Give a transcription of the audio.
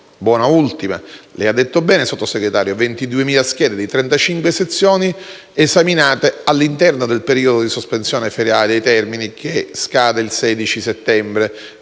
verificazione. Lei ha detto bene, signor Sottosegretario: 22.000 schede di 35 sezioni esaminate all'interno del periodo di sospensione dei termini, che scade il 16 settembre.